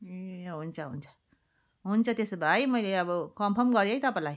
ए हुन्छ हुन्छ हुन्छ त्यसो भए है मैले अब कन्फर्म गरेँ है तपाईँलाई